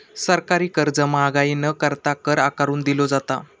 सरकारी खर्च महागाई न करता, कर आकारून दिलो जाता